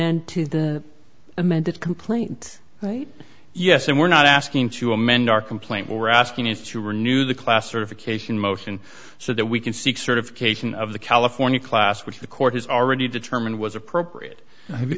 end to the amended complaint right yes and we're not asking to amend our complaint we're asking it to renew the class certification motion so that we can seek certification of the california class which the court has already determined was appropriate